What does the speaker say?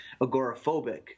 agoraphobic